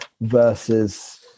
versus